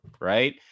Right